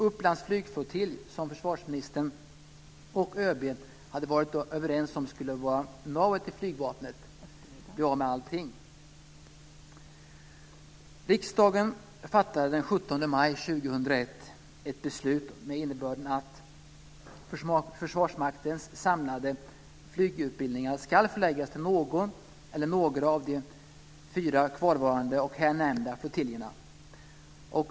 Upplands flygflottilj, som försvarsministern och ÖB hade varit överens om skulle vara navet i flygvapnet, blev av med allting. Riksdagen fattade den 17 maj 2001 ett beslut med innebörden att Försvarsmaktens samlade flygutbildningar ska förläggas till någon eller några av de fyra kvarvarande och här nämnda flottiljerna.